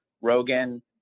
Rogan